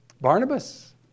Barnabas